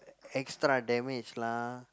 extra damage lah